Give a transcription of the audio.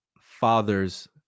fathers